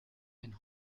and